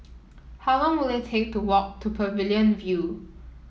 how long will it take to walk to Pavilion View